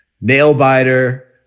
nail-biter